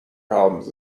problems